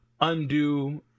undo